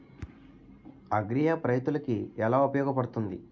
Agri app రైతులకి ఏలా ఉపయోగ పడుతుంది?